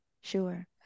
sure